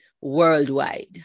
worldwide